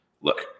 look